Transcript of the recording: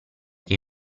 che